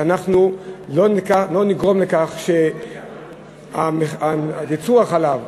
שלא נגרום לכך שייצור החלב,